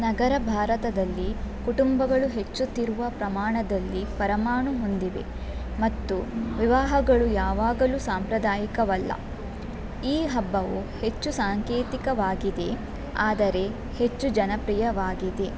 ನಗರ ಭಾರತದಲ್ಲಿ ಕುಟುಂಬಗಳು ಹೆಚ್ಚುತ್ತಿರುವ ಪ್ರಮಾಣದಲ್ಲಿ ಪರಮಾಣು ಹೊಂದಿವೆ ಮತ್ತು ವಿವಾಹಗಳು ಯಾವಾಗಲು ಸಾಂಪ್ರದಾಯಿಕವಲ್ಲ ಈ ಹಬ್ಬವು ಹೆಚ್ಚು ಸಾಂಕೇತಿಕವಾಗಿದೆ ಆದರೆ ಹೆಚ್ಚು ಜನಪ್ರಿಯವಾಗಿದೆ